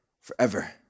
forever